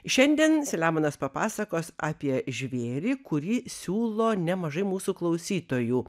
šiandien selemonas papasakos apie žvėrį kurį siūlo nemažai mūsų klausytojų